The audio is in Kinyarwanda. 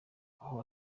aho